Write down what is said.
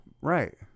Right